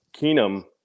Keenum